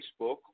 Facebook